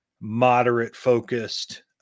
moderate-focused